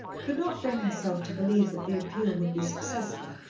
could not bring herself to believe that the appeal would be successful,